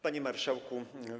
Panie Marszałku!